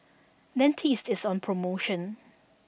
dentiste is on promotion